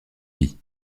vie